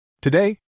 Today